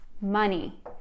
Money